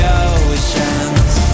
oceans